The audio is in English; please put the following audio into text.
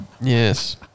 Yes